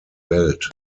welt